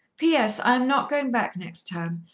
p s. i am not going back next term.